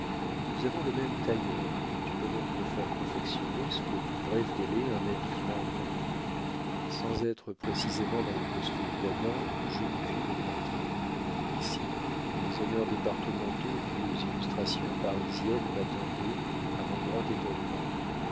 nous avons le même tailleur tu peux donc me faire confectionner sous le plus bref délai un habillement complet sans être précisément dans le costume d'adam je ne puis me montrer ici les honneurs départementaux dus aux illustrations parisiennes m'attendaient à mon grand étonnement